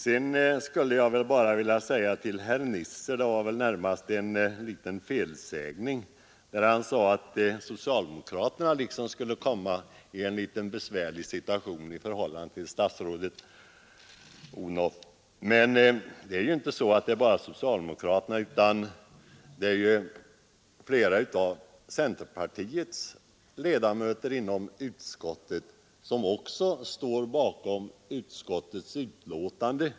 Sedan skulle jag bara vilja säga till herr Nisser att det var närmast en liten felsägning när han sade att socialdemokraterna liksom skulle komma i en besvärlig situation i förhållande till statsrådet Odhnoff. Men det är ju inte bara socialdemokraterna utan även flera av centerpartiets ledamöter i utskottet som står bakom utskottets betänkande.